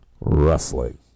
wrestling